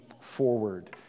forward